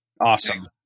Awesome